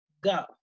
go